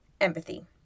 empathy